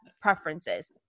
preferences